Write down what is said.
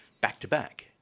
back-to-back